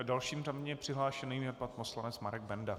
Dalším řádně přihlášeným je pan poslanec Marek Benda.